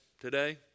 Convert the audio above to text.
today